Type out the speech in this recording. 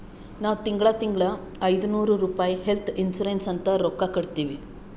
ನಾವ್ ತಿಂಗಳಾ ತಿಂಗಳಾ ಐಯ್ದನೂರ್ ರುಪಾಯಿ ಹೆಲ್ತ್ ಇನ್ಸೂರೆನ್ಸ್ ಅಂತ್ ರೊಕ್ಕಾ ಕಟ್ಟತ್ತಿವಿ